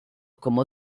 como